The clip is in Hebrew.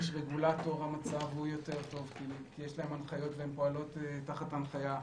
רגולטור המצב הוא יותר טוב כי יש להם הנחיות והם פועלים תחת הנחיה.